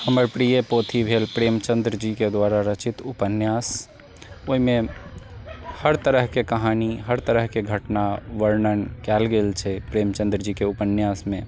हमर प्रिय पोथी भेल प्रेमचन्द्र जीके द्वारा रचित उपन्यास ओइमे हर तरहके कहानी हर तरहके घटना वर्णन कयल गेल छै प्रेमचंद्र जीके उपन्यासमे